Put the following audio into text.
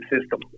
system